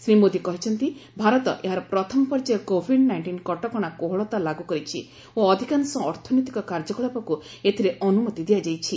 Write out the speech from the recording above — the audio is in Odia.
ଶ୍ରୀ ମୋଦୀ କହିଛନ୍ତି ଭାରତ ଏହାର ପ୍ରଥମ ପର୍ଯ୍ୟାୟ କୋଭିଡ୍ ନାଇଂଟିନ୍ କଟକଣା କୋହଳତା ଲାଗୁ କରିଛି ଓ ଅଧିକାଂଶ ଅର୍ଥନୈତିକ କାର୍ଯ୍ୟକଳାପକୁ ଏଥିରେ ଅନୁମତି ଦିଆଯାଇଛି